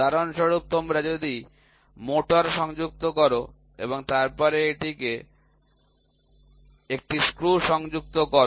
উদাহরণস্বরূপ তোমরা যদি মোটর সংযুক্ত কর এবং তারপরে এটিতে একটি স্ক্রু সংযুক্ত কর